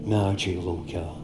medžiai lauke